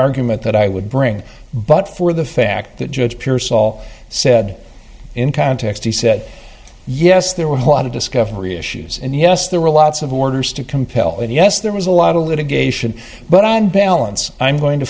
argument that i would bring but for the fact that judge pierce all said in context he said yes there were a lot of discovery issues and yes there were lots of orders to compel that yes there was a lot of litigation but on balance i'm going to